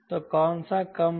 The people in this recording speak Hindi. तो कौन सा कम है